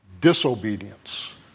disobedience